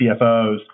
CFOs